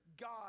God